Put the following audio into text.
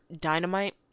Dynamite